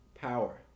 power